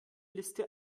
liste